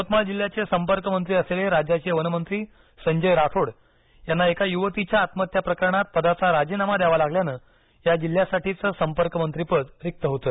यवतमाळ जिल्ह्याचे संपर्कमंत्री असलेले राज्याचे वनमंत्री संजय राठोड यांना एका युवतीच्या आत्महत्याप्रकरणात पदाचा राजीनामा द्यावा लागल्याने या जिल्ह्यासाठीचं संपर्कमंत्रिपद रिक्त होतं